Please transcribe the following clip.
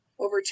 over